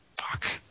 Fuck